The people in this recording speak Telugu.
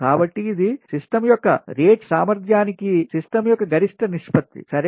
కాబట్టి ఇది సిస్టమ్ యొక్క రేట్ సామర్థ్యానికి సిస్టమ్ యొక్క గరిష్ట నిష్పత్తి సరే